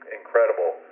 incredible